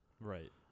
Right